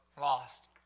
lost